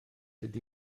ydy